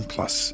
Plus